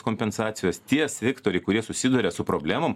kompensacijos tie sektoriai kurie susiduria su problemom